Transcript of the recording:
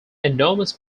enormous